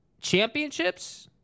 championships